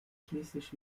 schließlich